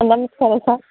ನಮಸ್ಕಾರ ಸರ್